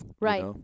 Right